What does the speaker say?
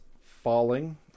falling